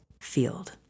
field